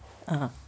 ah